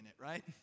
right